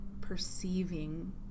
perceiving